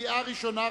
קריאה ראשונה.